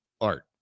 art